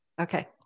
Okay